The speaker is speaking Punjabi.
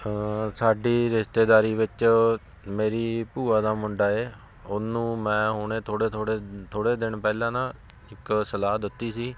ਸਾਡੀ ਰਿਸ਼ਤੇਦਾਰੀ ਵਿੱਚ ਮੇਰੀ ਭੂਆ ਦਾ ਮੁੰਡਾ ਹੈ ਉਹਨੂੰ ਮੈਂ ਹੁਣੇ ਥੋੜ੍ਹੇ ਥੋੜ੍ਹੇ ਥੋੜ੍ਹੇ ਦਿਨ ਪਹਿਲਾਂ ਨਾ ਇੱਕ ਸਲਾਹ ਦਿੱਤੀ ਸੀ